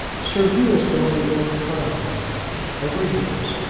sir hugh has gone to north priory ever yours,